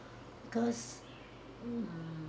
because hmm